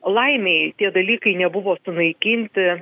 laimei tie dalykai nebuvo sunaikinti